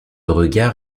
regard